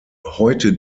heute